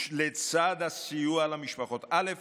לצד הסיוע למשפחות, א.